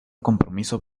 compromiso